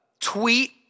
tweet